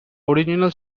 original